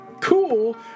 cool